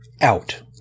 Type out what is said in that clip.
out